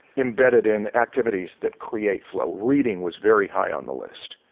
embedded in activities that create flow. reading was very high on the list.